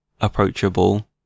approachable